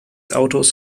autos